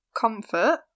comfort